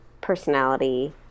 personality